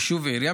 יישוב ועירייה.